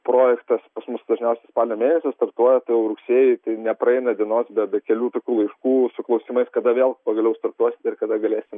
projektas pas mus dažniausiai spalio mėnesį startuoja rugsėjį nepraeina dienos be be kelių tokių laiškų su klausimais kada vėl pagaliau startuosit ir kada galėsim